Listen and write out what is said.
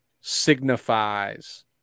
signifies